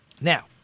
Now